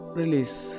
release